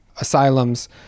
asylums